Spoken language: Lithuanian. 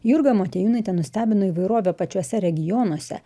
jurga motiejūnaitė nustebino įvairove pačiuose regionuose